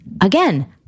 again